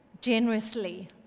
generously